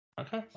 Okay